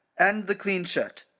and the clean shirt.